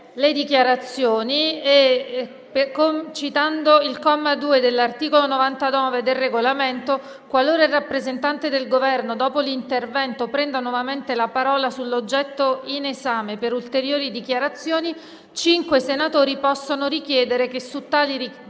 le dichiarazioni. Cito il comma 2 dell'articolo 99 del Regolamento: «Qualora il rappresentante del Governo, dopo l'intervento (…), prenda nuovamente la parola sull'oggetto in esame per ulteriori dichiarazioni, cinque Senatori possono richiedere che su tali dichiarazioni